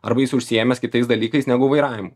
arba jis užsiėmęs kitais dalykais negu vairavimu